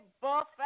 Buffet